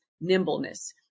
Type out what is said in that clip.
nimbleness